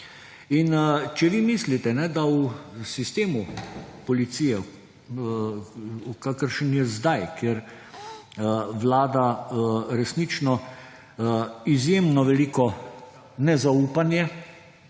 Če vi mislite, da v sistemu policije, kakršen je zdaj, kjer vlada resnično izjemno veliko nezaupanje,